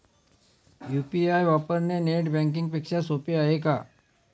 UPI वापरणे net banking पेक्षा सोपे आहे का?